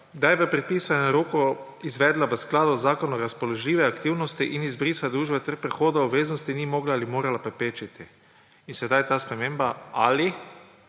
da je v predpisanem roku izvedla v skladu z zakonom razpoložljive aktivnosti in izbrisa družbe ter prehoda obveznosti ni mogla ali morala preprečiti. In sedaj ta sprememba –